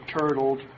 turtled